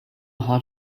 how